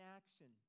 action